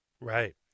right